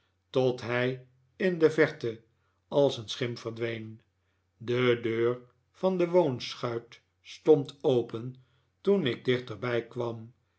tot hij in de verte als een schim verdween de deur van de woonschuit stond open toen ik dichterbij kwam